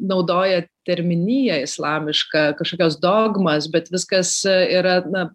naudoja terminiją islamišką kažkokias dogmas bet viskas yra na